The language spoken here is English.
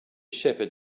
shepherd